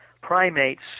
primates